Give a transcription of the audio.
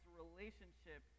relationship